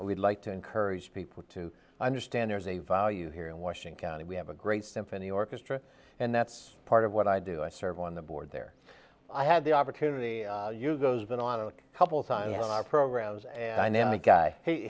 we'd like to encourage people to understand there's a value here in washing county we have a great symphony orchestra and that's part of what i do i serve on the board there i had the opportunity use those been on a couple times on our programs and i know a guy he